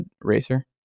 racer